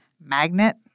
magnet